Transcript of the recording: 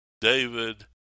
David